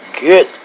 Good